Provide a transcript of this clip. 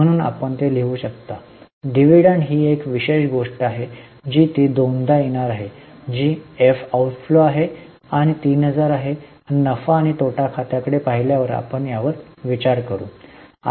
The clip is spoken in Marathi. म्हणून आपण ते लिहू शकता डिव्हिडंड ही एक विशेष गोष्ट आहे जी ती दोनदा येणार आहे जी एफ आउटफ्लो आहे आणि 3000 आहे आणि नफा आणि तोटा खात्या कडे पाहिल्यावर आपण यावर विचार करू